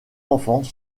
enfants